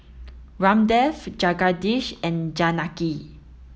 Ramdev Jagadish and Janaki